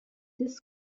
this